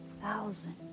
thousand